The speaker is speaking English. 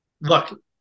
look